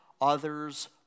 others